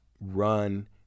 run